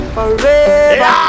Forever